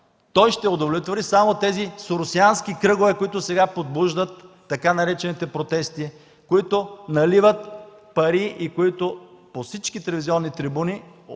Той ще удовлетвори само тези Соросиански кръгове, които сега подбуждат така наречените протести, наливат пари и по всички телевизионни трибуни говорят